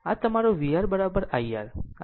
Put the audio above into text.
આમ આ તમારું vR I R